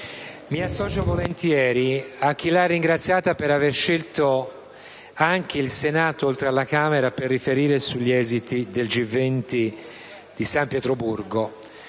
mi associo volentieri a chi l'ha ringraziata per aver scelto anche il Senato, oltre alla Camera dei deputati, per riferire sugli esiti del Vertice G20 di San Pietroburgo.